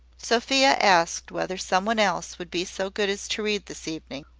sophia asked whether some one else would be so good as to read this evening,